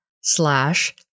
slash